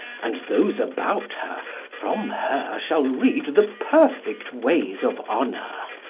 and those about her, from her shall read the perfect way of honour,